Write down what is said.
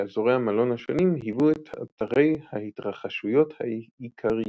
כשאזורי המלון השונים היוו את אתרי ההתרחשויות העיקריים.